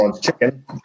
chicken